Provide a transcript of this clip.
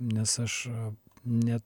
nes aš ne